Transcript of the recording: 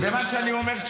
ומה שאני אומר,